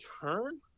turn